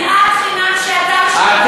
שנאת חינם שאתה ושכמותך,